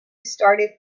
started